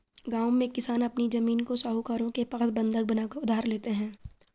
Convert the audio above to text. गांव में किसान अपनी जमीन को साहूकारों के पास बंधक बनाकर उधार लेते हैं